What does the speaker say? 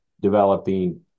developing